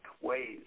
ways